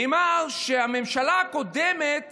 נאמר שהממשלה הקודמת